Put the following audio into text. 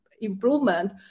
improvement